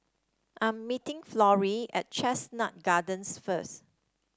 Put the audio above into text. I'm meeting Florie at Chestnut Gardens first